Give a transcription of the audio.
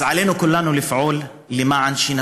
אז עלינו כולנו לפעול להבטיח